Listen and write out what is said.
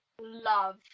love